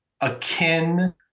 akin